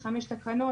חמש תקנות,